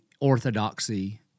orthodoxy